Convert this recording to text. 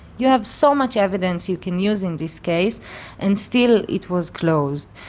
you have so much evidence you can use in this case and still it was closed.